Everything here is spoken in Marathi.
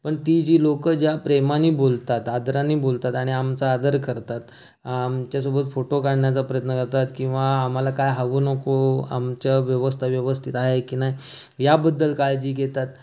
पण ती जी लोकं ज्या प्रेमाने बोलतात आदराने बोलतात आणि आमचा आदर करतात आमच्यासोबत फोटो काढण्याचा प्रयत्न करतात किंवा आम्हाला काय हवं नको आमच्या व्यवस्था व्यवस्थित आहे की नाही याबद्दल काळजी घेतात